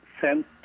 sent